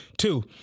Two